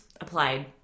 applied